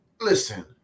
listen